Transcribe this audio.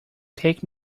take